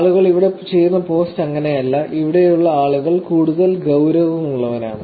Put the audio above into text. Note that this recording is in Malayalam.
ആളുകൾ ഇവിടെ ചെയ്യുന്ന പോസ്റ്റ് അങ്ങനെയല്ല ഇവിടെയുള്ള ആളുകൾ കൂടുതൽ ഗൌരവമുള്ളവരാണ്